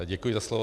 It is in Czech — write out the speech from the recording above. Děkuji za slovo.